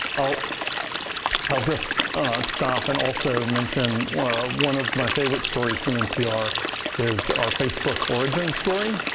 i'll i'll just stop and also mention one ah one of my favorite stories from npr is our facebook origin story.